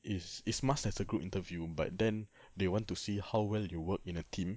is is mass as a group interview but then they want to see how well you work in a team